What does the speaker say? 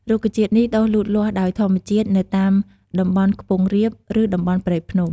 រុក្ខជាតិនេះដុះលូតលាស់ដោយធម្មជាតិនៅតាមតំបន់ខ្ពង់រាប ឬតំបន់ព្រៃភ្នំ។